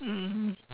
mmhmm